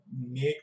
make